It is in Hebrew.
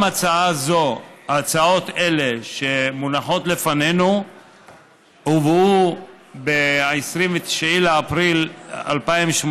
הצעות אלה שמונחות לפנינו הובאו ב-29 באפריל 2018